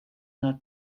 not